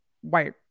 white